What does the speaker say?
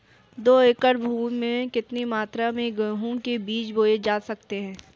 दो एकड़ भूमि में कितनी मात्रा में गेहूँ के बीज बोये जा सकते हैं?